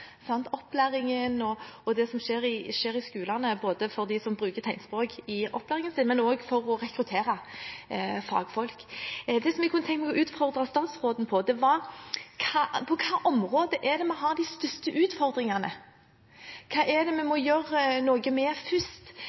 opplæringen og det som skjer i skolene for dem som bruker tegnspråk i opplæringen sin, men også for å rekruttere fagfolk. Det jeg kunne tenke meg å utfordre statsråden på, er: På hvilket område er det vi har de største utfordringene? Hva er det vi må gjøre noe med først